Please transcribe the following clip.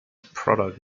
product